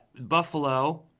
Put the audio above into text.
Buffalo